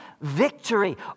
victory